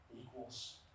equals